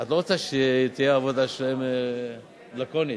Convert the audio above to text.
את לא רוצה שהעבודה שלהם תהיה לקונית,